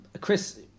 Chris